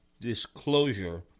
disclosure